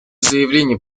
заявление